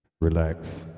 Relax